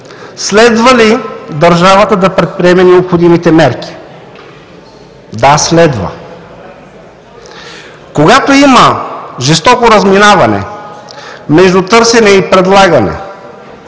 следва ли държавата да предприеме необходимите мерки? Да, следва. Когато има жестоко разминаване между търсене и предлагане